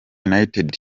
united